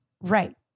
Right